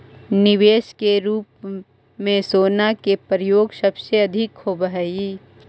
निवेश के रूप में सोना के प्रयोग सबसे अधिक होवऽ हई